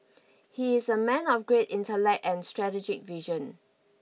he is a man of great intellect and strategic vision